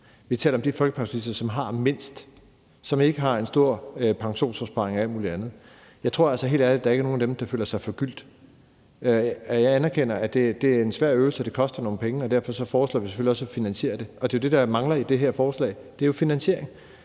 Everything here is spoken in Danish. vi taler om de folkepensionister, som har mindst, og som ikke har en stor pensionsopsparing og alt muligt andet. Jeg tror helt ærligt ikke, at der er nogen af dem, der føler sig forgyldt. Jeg anerkender, at det er en svær øvelse og det koster nogle penge, og derfor foreslår vi selvfølgelig også at finansiere det, og det, der mangler i det her forslag, er jo finansieringen.